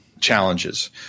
challenges